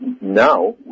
now